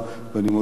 אני מודה לך,